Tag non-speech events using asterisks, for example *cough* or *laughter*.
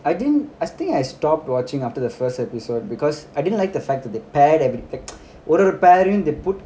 I didn't I think I stopped watching after the first episode because I didn't like the fact that they pair ஒரு:oru *noise* ஒரு:oru pairing they put